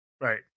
Right